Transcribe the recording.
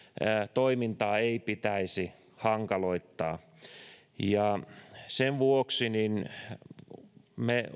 toimintaa ei pitäisi hankaloittaa sen vuoksi me